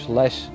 less